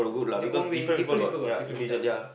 their own way different people got different types of